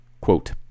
Quote